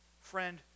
Friend